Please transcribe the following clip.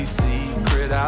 secret